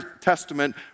Testament